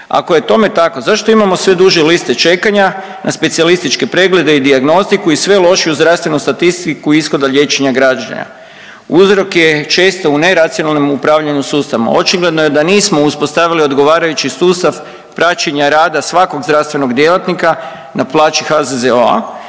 Ako je tome tako zašto imamo sve duže liste čekanja na specijalističke preglede i dijagnostiku i sve lošiju zdravstvenu statistiku ishoda liječenja građana? Uzrok je često u neracionalnom upravljanju sustavom, očigledno je da nismo uspostavili odgovarajući sustav praćenja rada svakog zdravstvenog djelatnika na plaći HZZO-a.